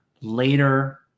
later